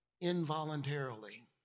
Involuntarily